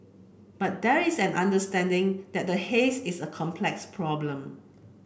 but there is an understanding that the haze is a complex problem